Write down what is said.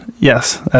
yes